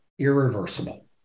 irreversible